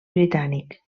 britànic